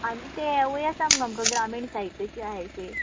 आनी तें हेवूय आसा मगो आमकां ग्रामीण साहित्याची आय एस ए